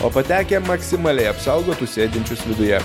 o patekę maksimaliai apsaugotų sėdinčius viduje